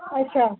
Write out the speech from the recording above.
अच्छा